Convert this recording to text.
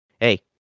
Hey